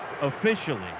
officially